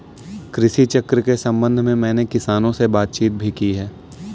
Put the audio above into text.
कृषि चक्र के संबंध में मैंने किसानों से बातचीत भी की है